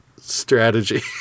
strategy